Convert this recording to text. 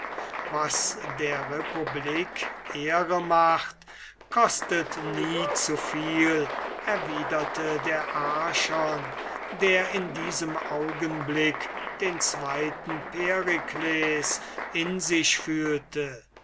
was der republik ehre macht kostet nie zu viel erwiderte der archon der in diesem augenblick den zweiten perikles in sich fühlte